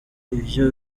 ivyo